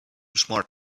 smart